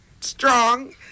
strong